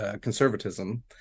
conservatism